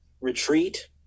retreat